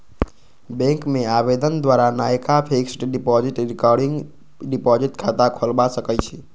bank में आवेदन द्वारा नयका फिक्स्ड डिपॉजिट, रिकरिंग डिपॉजिट खता खोलबा सकइ छी